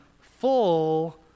full